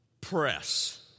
press